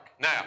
Now